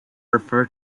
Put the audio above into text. refer